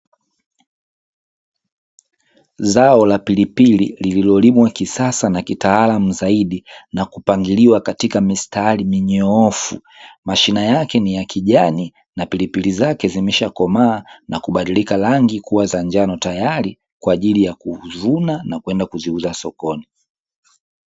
Zao la pilipili lililolimwa kisasa na kitaalamu zaidi na kupangiliwa katika mistari minyoofu, mashina yake ni ya kijani na pilipili zake zimeshakomaa na kubadilika rangi kuwa za njano tayari kwa ajili ya kuvuna, na kwenda kuziuza sokoni.